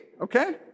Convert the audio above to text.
okay